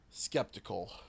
Skeptical